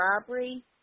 Robbery